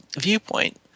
viewpoint